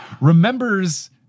remembers